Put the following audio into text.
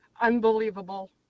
unbelievable